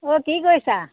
অঁ কি কৰিছা